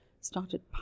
started